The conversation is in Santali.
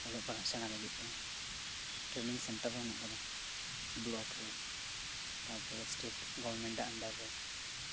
ᱚᱞᱚᱜ ᱯᱟᱲᱦᱟᱜ ᱥᱮᱬᱟ ᱞᱟᱹᱜᱤᱫ ᱛᱮ ᱴᱨᱮᱱᱤᱝ ᱥᱮᱱᱴᱟᱨ ᱦᱚᱸ ᱢᱮᱱᱟᱜ ᱟᱠᱟᱫᱟ ᱵᱽᱞᱚᱠ ᱨᱮ ᱛᱟᱨ ᱯᱚᱨᱮ ᱥᱴᱮᱴ ᱜᱚᱨᱢᱮᱱᱴ ᱟᱜ ᱟᱱᱰᱟᱨ ᱨᱮ